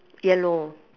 yellow